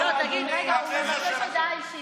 זה החברה שלכם.